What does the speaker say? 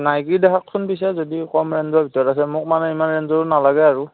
Nike দেখাওকচোন পিছে যদি কম ৰেঞ্জৰ ভিতৰত আছে মোক মানে ইমান ৰেঞ্জৰো নালাগে আৰু